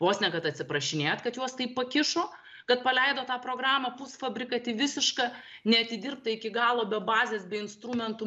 vos ne kad atsiprašinėt kad juos taip pakišo kad paleido tą programą pusfabrikatį visišką neatidirbtą iki galo be bazės bei instrumentų